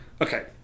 Okay